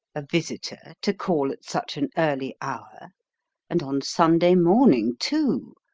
a visitor to call at such an early hour and on sunday morning too!